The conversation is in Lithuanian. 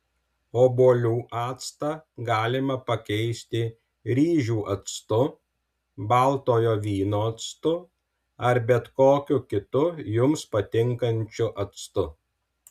obuolių actą galima pakeisti ryžių actu baltojo vyno actu ar bet kokiu kitu jums patinkančiu actu